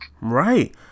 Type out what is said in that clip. right